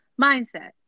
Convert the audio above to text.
mindset